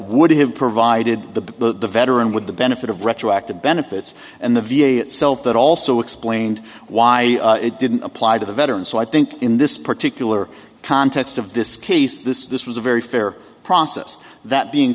would have provided the veteran with the benefit of retroactive benefits and the v a itself that also explained why it didn't apply to the veterans so i think in this particular context of this case this was a very fair process that being